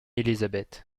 élisabeth